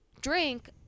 drink